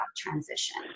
transition